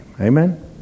Amen